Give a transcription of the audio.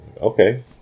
okay